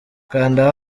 kanda